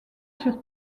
sur